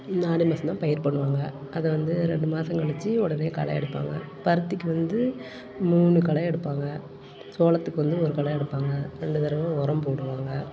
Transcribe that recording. ஆனி மாதம் தான் பயிர் பண்ணுவாங்க அதை வந்து ரெண்டு மாதம் கழித்து உடனே களை எடுப்பாங்க பருத்திக்கு வந்து மூணு களை எடுப்பாங்க சோளத்துக்கு வந்து ஒரு களை எடுப்பாங்க ரெண்டு தரவை உரம் போடுவாங்க